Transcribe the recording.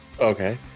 Okay